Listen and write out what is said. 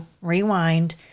rewind